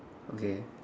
okay